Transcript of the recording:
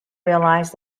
realised